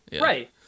Right